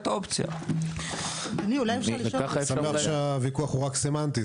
הוויכוח הוא רק סמנטי,